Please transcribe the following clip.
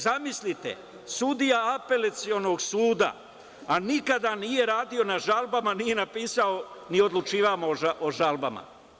Zamislite, sudija Apelacionog suda, a nikada nije radio na žalbama, nije napisao ni odlučivao o žalbama.